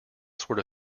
sort